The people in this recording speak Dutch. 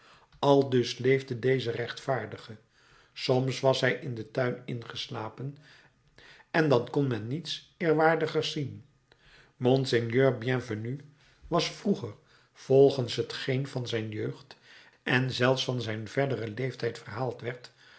aldus leefde deze rechtvaardige soms was hij in den tuin ingeslapen en dan kon men niets eerwaardigers zien monseigneur bienvenu was vroeger volgens t geen van zijn jeugd en zelfs van zijn verderen leeftijd verhaald werd